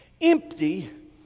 empty